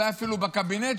אולי אפילו בקבינט,